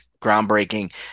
groundbreaking